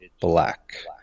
black